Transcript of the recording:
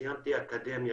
סיימתי גם אקדמיה,